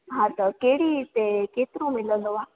हा त कहिड़ी रीते केतिरो मिलंदो आहे